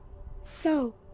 so.